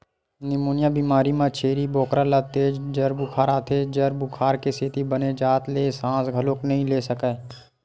pneumonia बेमारी म छेरी बोकरा ल तेज जर बुखार आथे, जर बुखार के सेती बने जात ले सांस घलोक नइ ले सकय